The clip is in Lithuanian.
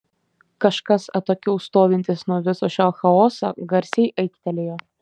kažkas atokiau stovintis nuo viso šio chaoso garsiai aiktelėjo